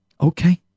okay